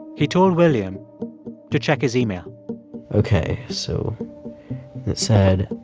he told william to check his email ok. so it said,